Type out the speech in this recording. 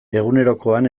egunerokoan